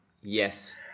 Yes